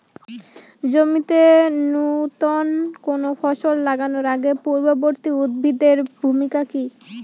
জমিতে নুতন কোনো ফসল লাগানোর আগে পূর্ববর্তী উদ্ভিদ এর ভূমিকা কি?